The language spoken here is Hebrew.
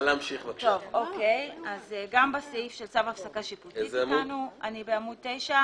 כאמור בסעיף 25ה וסעיף 25ד1,